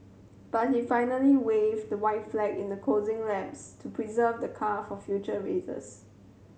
but he finally waved the white flag in the closing laps to preserve the car for future races